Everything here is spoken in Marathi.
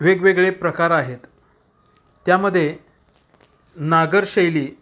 वेगवेगळे प्रकार आहेत त्यामध्ये नागर शैली